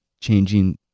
changing